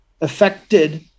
affected